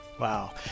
Wow